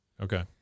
okay